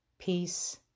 peace